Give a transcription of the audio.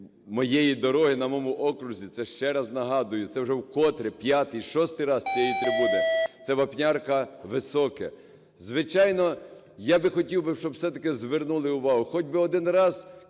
моєї дороги на моєму окрузі, це ще раз нагадую, це вже вкотре, п'ятий, шостий раз з цієї трибуни, це Вапнярка-Високе. Звичайно, я би хотів би, щоб все-таки звернули увагу, хоч би один раз